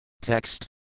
Text